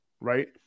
right